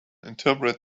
interpret